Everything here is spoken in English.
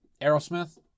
Aerosmith